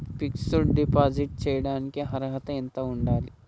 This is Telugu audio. ఫిక్స్ డ్ డిపాజిట్ చేయటానికి అర్హత ఎంత ఉండాలి?